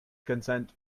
consent